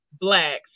blacks